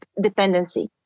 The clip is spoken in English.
dependency